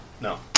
No